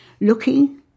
Looking